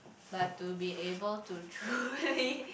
but to be able to truly